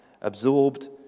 absorbed